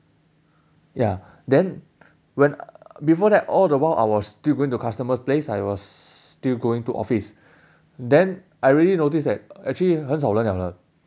ya then when before that all the while I was still going to customers place I was still going to office then I already notice that actually 很少人了了